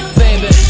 baby